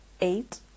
eight